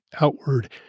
outward